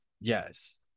Yes